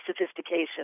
sophistication